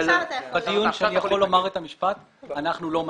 אני יכול לומר את המשפט אנחנו לא מסכימים?